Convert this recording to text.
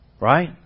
Right